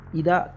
ida